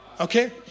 Okay